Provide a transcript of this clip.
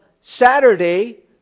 Saturday